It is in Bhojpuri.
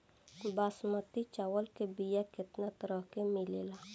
बासमती चावल के बीया केतना तरह के मिलेला?